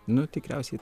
nu tikriausiai